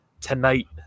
tonight